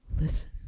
listen